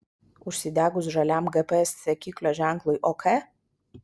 užsidegus žaliam gps sekiklio ženklui ok